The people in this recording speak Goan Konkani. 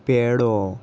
पेडो